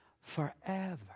forever